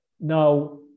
Now